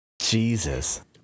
Jesus